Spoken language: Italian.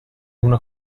una